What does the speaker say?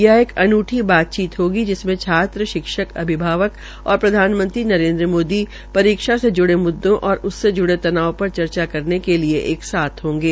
यह एक अन्ठी बातचीत होगी जिसमें छात्र शिक्षक अभिभावक और प्रधानमंत्री नरेन्द्र मोदी परीक्षा से जुड़े मुद्दों और उससे जुड़े तनाव पर चर्चा करने के लिये एक साथ होंगे